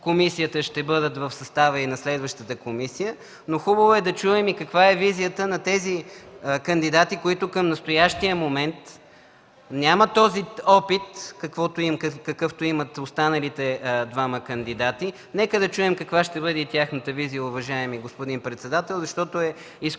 комисията ще бъдат в състава и на следващата комисия, но е хубаво да чуем каква е визията на тези кандидати, които към настоящия момент нямат този опит, какъвто имат останалите двама кандидати. Нека чуем каква ще бъде тяхната визия, уважаеми господин председател, защото е изключително